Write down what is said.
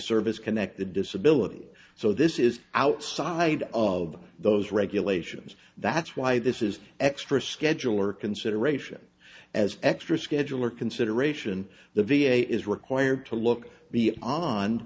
service connected disability so this is outside of those regulations that's why this is extra schedule or consideration as extra schedule or consideration the v a is required to look the on